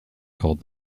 called